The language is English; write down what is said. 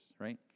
right